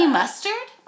mustard